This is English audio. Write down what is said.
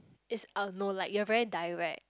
is uh no like you are very direct